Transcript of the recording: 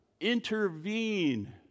intervene